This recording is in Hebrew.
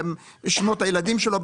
בשמות הילדים שלו,